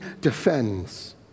defends